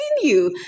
continue